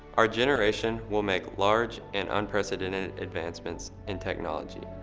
our generation will make large and unprecedented advancements in technology.